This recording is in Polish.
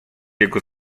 jego